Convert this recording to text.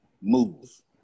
Move